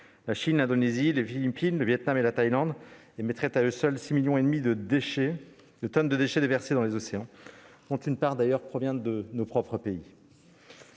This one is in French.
la Chine, l'Indonésie, les Philippines, le Vietnam et la Thaïlande émettraient à eux seuls 6,5 millions de tonnes de déchets déversées dans les océans, dont une part d'ailleurs provient de nos propres pays.